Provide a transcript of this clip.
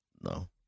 no